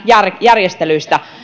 järjestelyistä